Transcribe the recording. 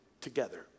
together